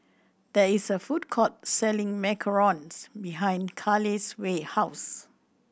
there is a food court selling macarons behind Caleigh's house